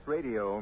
Radio